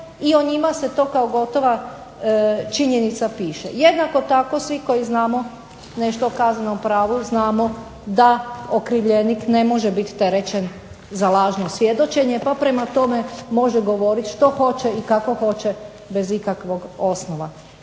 i o njima se to ka gotova činjenica piše. jednako tako svi koji znamo nešto o kaznenom pravu znamo da okrivljenik ne može biti terećen za lažno svjedočenje pa prema tome može govoriti što hoće i kako hoće bez ikakvog osnova.